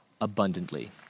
abundantly